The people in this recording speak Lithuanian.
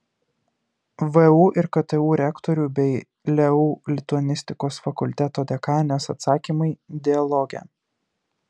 vu ir ktu rektorių bei leu lituanistikos fakulteto dekanės atsakymai dialoge